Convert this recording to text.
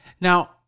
Now